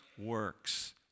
works